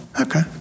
Okay